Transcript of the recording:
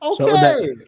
Okay